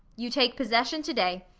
you take possession to-day.